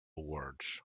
words